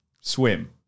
Swim